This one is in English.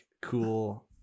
cool